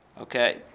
Okay